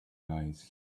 eyes